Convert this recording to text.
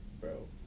bro